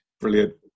Brilliant